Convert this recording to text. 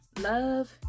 Love